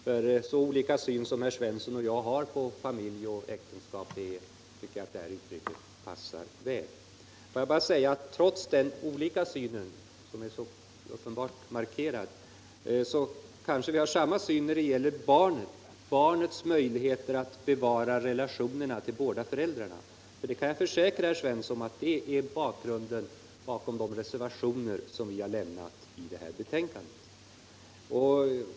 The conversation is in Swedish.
För de olika synsätt som herr Svensson och jag har på familj och äktenskap tycker jag att det uttrycket passar väl in. Får jag bara säga att vi trots den olika synen — som är så uppenbart markerad — kanske har samma syn på barnet och dess möjligheter att bevara relationerna till båda föräldrarna. Jag kan försäkra herr Svensson att den senare är bakgrunden till de reservationer som vi har lämnat till det här betänkandet.